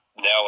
now